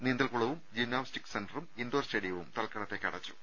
നീന്തൽകു ളവും ജിംനാസ്റ്റിക് സെന്ററും ഇൻഡോർ സ്റ്റേഡിയവും തൽക്കാലത്തേക്ക് അടച്ചു